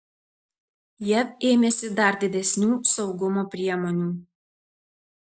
jav ėmėsi dar didesnių saugumo priemonių